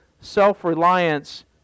self-reliance